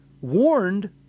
warned